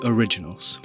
Originals